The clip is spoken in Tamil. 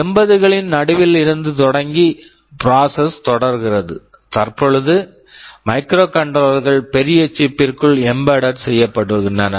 80 களின் நடுவில் இருந்து தொடங்கி பிராசஸ் process தொடர்கிறது தற்பொழுது மைக்ரோகண்ட்ரோலர் microcontroller கள் பெரிய சிப் chip பிற்குள் எம்பெட்டெட் embedded செய்யப்படுகின்றன